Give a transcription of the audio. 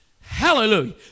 Hallelujah